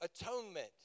atonement